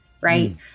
Right